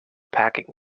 packing